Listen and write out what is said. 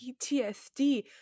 PTSD